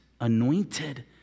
anointed